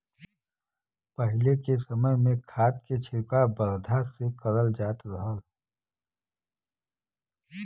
पहिले के समय में खाद के छिड़काव बरधा से करल जात रहल